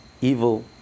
evil